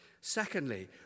Secondly